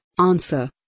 answer